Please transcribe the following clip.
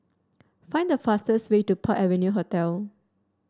find the fastest way to Park Avenue Hotel